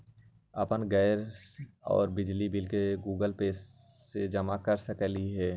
अपन गैस और बिजली के बिल गूगल पे से जमा कर सकलीहल?